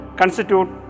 constitute